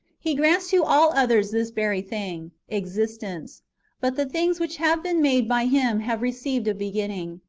he grants to all others this very thing, existence but the things which have been made by him have received a beginning.